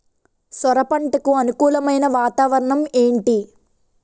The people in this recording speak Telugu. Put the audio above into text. సొర పంటకు అనుకూలమైన వాతావరణం ఏంటి?